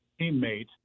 teammate